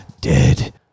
dead